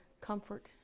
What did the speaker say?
comfort